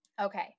Okay